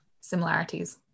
similarities